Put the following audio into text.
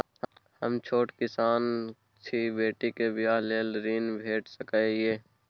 हम छोट किसान छी, बेटी के बियाह लेल ऋण भेट सकै ये?